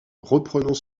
reprenant